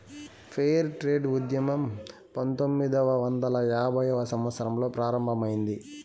fair trade ఉద్యమం పంతొమ్మిదవ వందల యాభైవ సంవత్సరంలో ప్రారంభమైంది